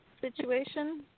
situation